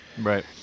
Right